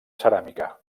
ceràmica